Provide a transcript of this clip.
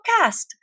podcast